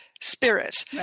spirit